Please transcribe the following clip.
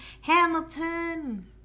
Hamilton